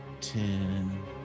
ten